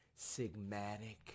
Sigmatic